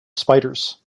spiders